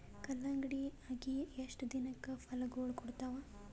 ಕಲ್ಲಂಗಡಿ ಅಗಿ ಎಷ್ಟ ದಿನಕ ಫಲಾಗೋಳ ಕೊಡತಾವ?